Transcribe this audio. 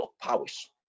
powers